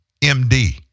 MD